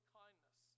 kindness